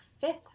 fifth